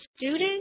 student